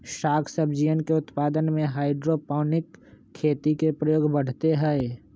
साग सब्जियन के उत्पादन में हाइड्रोपोनिक खेती के प्रयोग बढ़ते हई